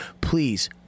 please